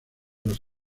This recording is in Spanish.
los